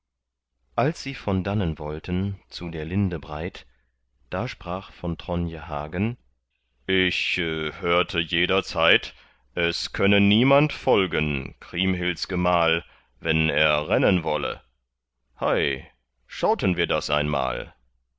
als sie von dannen wollten zu der linde breit da sprach von tronje hagen ich hörte jederzeit es könne niemand folgen kriemhilds gemahl wenn er rennen wolle hei schauten wir das einmal